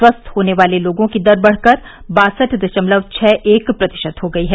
स्वस्थ होने वालों की दर बढ़कर बासठ दशमलव छह एक प्रतिशत हो गई है